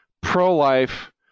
pro-life